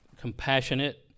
compassionate